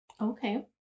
Okay